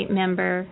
member